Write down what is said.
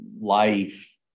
life